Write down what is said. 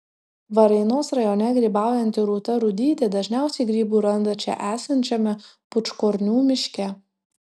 varėnos rajone grybaujanti rūta rudytė dažniausiai grybų randa čia esančiame pūčkornių miške